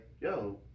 yo